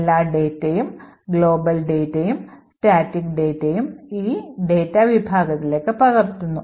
എല്ലാ ഡാറ്റയും ആഗോള ഡാറ്റയും സ്റ്റാറ്റിക് ഡാറ്റയും ഈ ഡാറ്റാ വിഭാഗത്തിലേക്ക് പകർത്തുന്നു